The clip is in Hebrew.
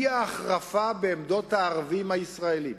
האי-החרפה בעמדות הערבים הישראלים